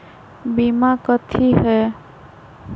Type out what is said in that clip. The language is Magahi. बीमा कथी है?